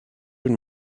and